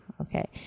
Okay